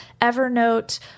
Evernote